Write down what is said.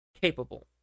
capable